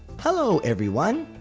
hello everyone,